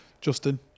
Justin